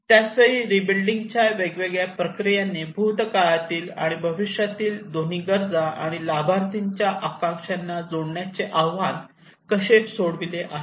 त्याचवेळी रीबिल्डींगच्या वेगवेगळ्या प्रक्रियांनी भूतकाळातील आणि भविष्यातील दोन्ही गरजा आणि लाभार्थ्यांच्या आकांक्षांना जोडण्याचे आव्हान कसे सोडविले आहेत